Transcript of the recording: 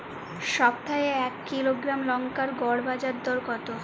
সপ্তাহে এক কিলোগ্রাম লঙ্কার গড় বাজার দর কতো?